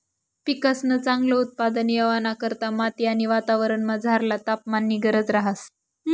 पिकंसन चांगल उत्पादन येवाना करता माती आणि वातावरणमझरला तापमाननी गरज रहास